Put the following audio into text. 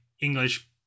English